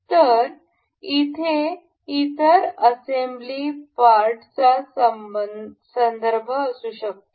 तर इथे इतर असेम्ब्ली पार्टचा संदर्भ असू शकतो